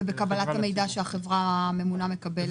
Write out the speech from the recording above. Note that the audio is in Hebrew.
ובקבלת המידע שהחברה הממונה מקבלת?